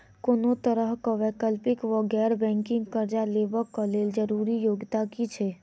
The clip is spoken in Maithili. कोनो तरह कऽ वैकल्पिक वा गैर बैंकिंग कर्जा लेबऽ कऽ लेल जरूरी योग्यता की छई?